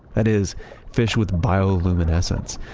that is fish with bioluminescence.